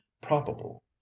probable